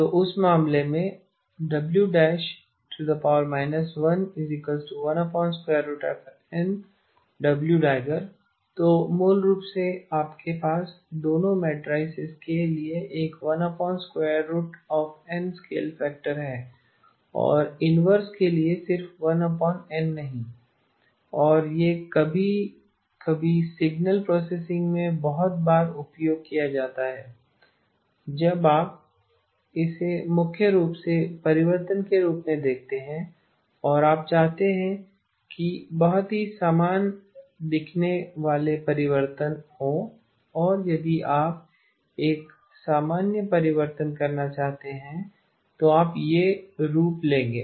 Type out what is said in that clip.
तो उस मामले में W −1 1N W† तो मूल रूप से आपके पास दोनों मेटराइसेस के लिए एक 1N स्केल फैक्टर है और इनवर्स के लिए सिर्फ 1N नहीं और यह कभी कभी सिग्नल प्रोसेसिंग में बहुत बार उपयोग किया जाता है जब आप इसे मुख्य रूप से परिवर्तन के रूप में देखते हैं और आप चाहते हैं कि बहुत ही समान दिखने वाले परिवर्तन हों और यदि आप एक सामान्य परिवर्तन करना चाहते हैं तो आप यह रूप लेंगे